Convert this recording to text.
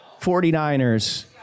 49ers